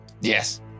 Yes